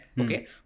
Okay